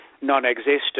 non-existent